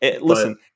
Listen